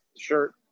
shirt